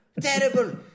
Terrible